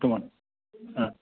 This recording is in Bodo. बरथ'मान